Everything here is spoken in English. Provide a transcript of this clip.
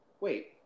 Wait